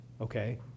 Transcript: Okay